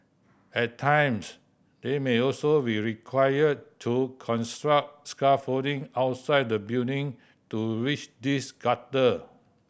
at times they may also be required to construct scaffolding outside the building to reach these gutter